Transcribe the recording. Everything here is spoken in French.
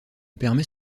permet